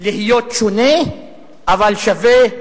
להיות שונה אבל שווה.